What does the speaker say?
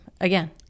again